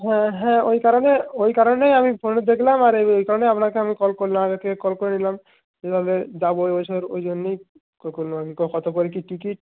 হ্যাঁ হ্যাঁ ওই কারণে ওই কারণেই আমি ফোনে দেখলাম আর ওই ওই কারণে আপনাকে আমি কল করলাম আগে থেকে কল করে নিলাম যেভাবে যাব এ বছর ওই জন্যই ফোন করলাম আমি কত করে কী টিকিট